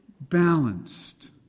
balanced